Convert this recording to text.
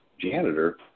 janitor